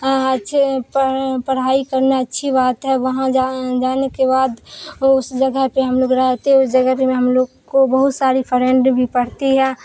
اچھے پڑھائی کرنا اچھی بات ہے وہاں جا جانے کے بعد اس جگہ پہ ہم لوگ رہتے اس جگہ پہ میں ہم لوگ کو بہت ساری فرینڈ بھی پڑھتی ہے